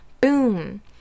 boom